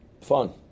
fun